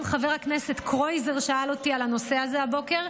גם חבר הכנסת קרויזר שאל אותי על הנושא הזה הבוקר,